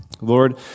Lord